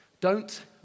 Don't